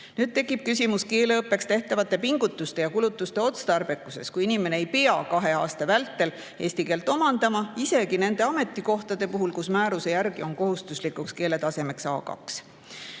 Nüüd tekib küsimus keeleõppeks tehtavate pingutuste ja kulutuste otstarbekuses, kui inimene ei pea kahe aasta vältel eesti keelt omandama isegi nende ametikohtade puhul, kus määruse järgi on kohustuslikuks keeletasemeks A2.